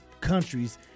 countries